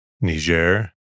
Niger